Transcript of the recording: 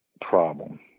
problem